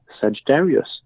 Sagittarius